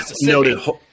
noted